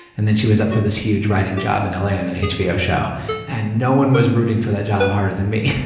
and then she was up for this huge writing job in l a. on an and hbo show and no one was rooting for that job harder than me.